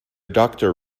doctor